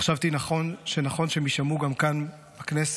חשבתי שנכון שהם יישמעו גם כאן בכנסת,